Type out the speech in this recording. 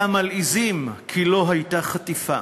מלעיזים כי לא הייתה חטיפה.